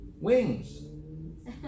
wings